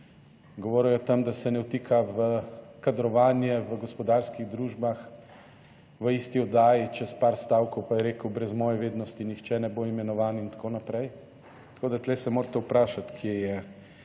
Govoril je o tem, da se ne vtika v kadrovanje v gospodarskih družbah, v isti oddaji čez par stavkov pa je rekel, brez moje vednosti nihče ne bo imenovan in tako naprej. Tako da tu se morate vprašati, kje je